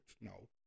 No